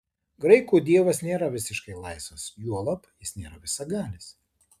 graikų dievas nėra visiškai laisvas juolab jis nėra visagalis